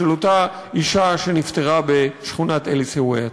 של אותה אישה שנפטרה בשכונת אל-עיסאוויה.